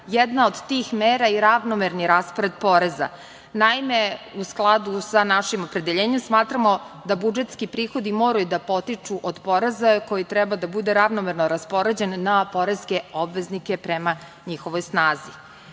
jedna od tih mera je ravnomerni raspored poreza. Naime, u skladu sa našim opredeljenjem smatramo da budžetski prihodi moraju da potiču od poreza koji treba da bude ravnomerno raspoređen na poreske obveznike prema njihovoj snazi. Pred